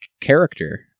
character